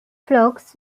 flocks